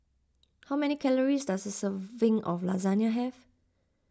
how many calories does a serving of Lasagne have